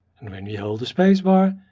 and when we hold the space bar,